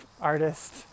artist